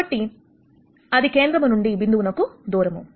కాబట్టి అది కేంద్రము నుండి బిందువు నకు దూరము